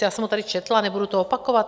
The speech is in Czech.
Já jsem ho tady četla, nebudu to opakovat.